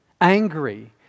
angry